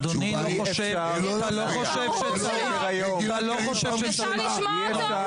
אדוני, אתה לא חושב שצריך --- אפשר לשמוע אותו?